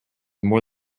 more